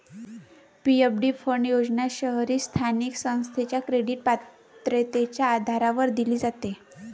PFD fund योजना शहरी स्थानिक संस्थेच्या क्रेडिट पात्रतेच्या आधारावर दिली जाते